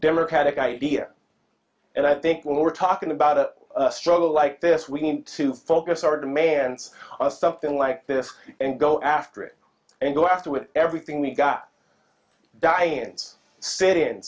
democratic idea and i think we're talking about a struggle like this we need to focus our demands on something like this and go after it and go after with everything we got dion's said in